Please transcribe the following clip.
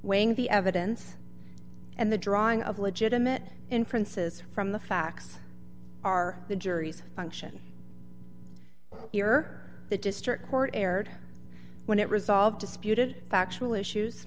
weighing the evidence and the drawing of legitimate inferences from the facts are the jury's function you're the district court erred when it resolved disputed factual issues